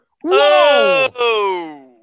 Whoa